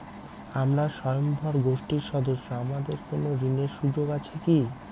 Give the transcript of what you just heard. আমরা স্বয়ম্ভর গোষ্ঠীর সদস্য আমাদের কোন ঋণের সুযোগ আছে কি?